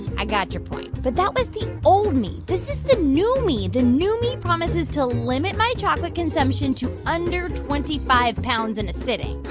i got your point, but that was the old me. this is the new me. the new me promises to limit my chocolate consumption to under twenty five pounds in a sitting